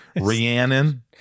rhiannon